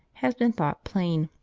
has been thought plain.